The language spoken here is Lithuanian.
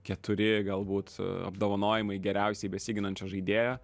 keturi galbūt apdovanojimai geriausiai besiginančio žaidėjo